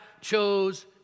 chose